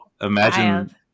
imagine